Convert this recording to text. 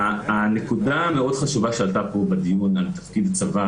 הנקודה המאוד חשובה שעלתה פה בדיון על תפקיד הצבא,